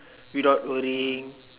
without worrying